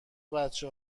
بچه